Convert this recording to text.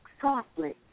softly